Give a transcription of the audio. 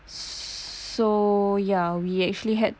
so ya we actually had